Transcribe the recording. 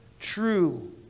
true